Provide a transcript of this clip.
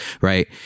right